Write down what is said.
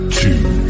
two